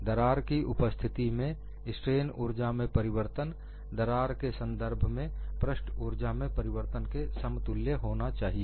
दरार की उपस्थिति में स्ट्रेन ऊर्जा में परिवर्तन दरार के संदर्भ में पृष्ठ ऊर्जा में परिवर्तन के समतुल्य होना चाहिए